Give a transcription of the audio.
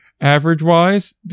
Average-wise